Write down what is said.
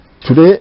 Today